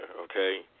okay